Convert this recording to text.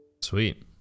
sweet